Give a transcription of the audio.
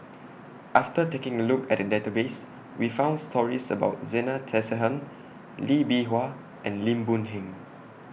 after taking A Look At The Database We found stories about Zena Tessensohn Lee Bee Wah and Lim Boon Heng